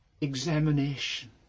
examination